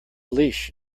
leash